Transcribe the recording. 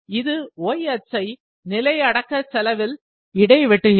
இது y அச்சை நிலை அடக்க செலவில் இடை வெட்டுகிறது